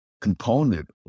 component